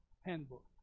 handbook